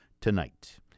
tonight